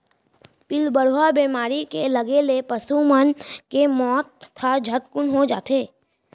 पिलबढ़वा बेमारी के लगे ले पसु मन के मौत ह झटकन हो जाथे